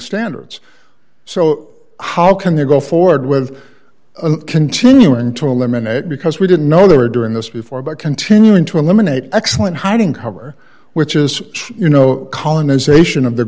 standards so how can they go forward with continuing to eliminate because we didn't know they were doing this before but continuing to eliminate excellent hiding cover which is you know colonization of the